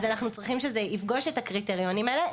אנחנו צריכים שזה יפגוש את הקריטריונים האלה.